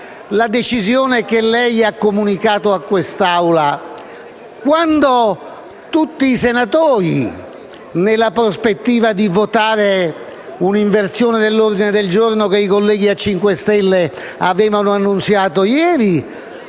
la decisione che lei ha comunicato a quest'Assemblea, dal momento che tutti i senatori, nella prospettiva di votare un'inversione dell'ordine del giorno che i colleghi del Movimento 5 Stelle avevano annunziato ieri,